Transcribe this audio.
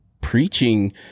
preaching